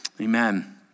Amen